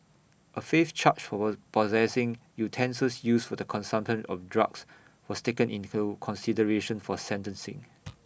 A fifth charge for was possessing utensils used for the consumption of drugs was taken into consideration for sentencing